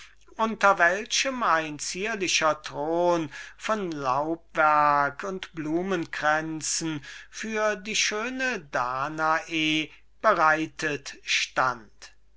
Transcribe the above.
unter welchem ein zierlicher thron von laubwerk und blumenkränzen für die schöne danae bereitet stand